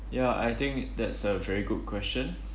ya I think that's a very good question